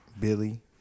Billy